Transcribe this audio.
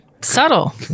Subtle